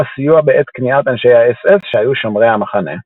הסיוע בעת כניעת אנשי האס אס שהיו שומרי המחנה.